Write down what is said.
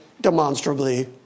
demonstrably